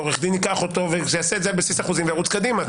ועורך דין ייקח אותו ויעשה את זה על בסיס החוזים וירוץ קדימה.